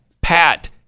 Pat